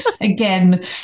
Again